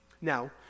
Now